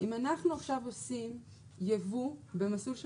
אם אנחנו עכשיו עושים ייבוא במסלול של